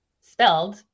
spelled